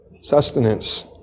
Sustenance